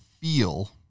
feel